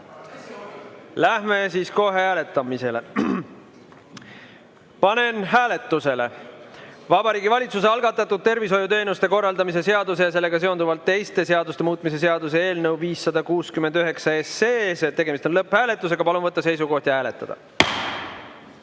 Lähme siis kohe hääletamise juurde. Panen hääletusele Vabariigi Valitsuse algatatud tervishoiuteenuste korraldamise seaduse ja sellega seonduvalt teiste seaduste muutmise seaduse eelnõu 569. Tegemist on lõpphääletusega. Palun võtta seisukoht ja hääletada!